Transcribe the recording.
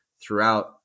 throughout